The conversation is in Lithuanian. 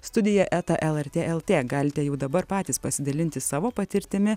studija eta lrt lt galite jau dabar patys pasidalinti savo patirtimi